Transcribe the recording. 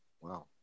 Wow